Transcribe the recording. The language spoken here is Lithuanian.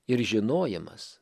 ir žinojimas